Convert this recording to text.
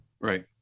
Right